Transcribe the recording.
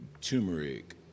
turmeric